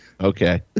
Okay